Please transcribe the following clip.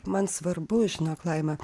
man svarbu žinok laima